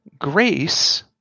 Grace